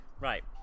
Right